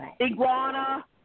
iguana